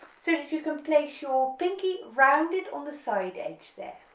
so that you can place your pinky rounded on the side edge there.